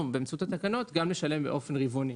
באמצעות התקנות לשלם גם באופן רבעוני.